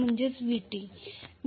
संबोधित करते